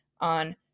on